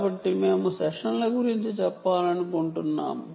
కాబట్టి మేము సెషన్ల గురించి చెప్పాలనుకుంటున్నాము